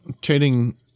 Trading